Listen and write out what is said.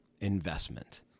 investment